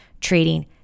treating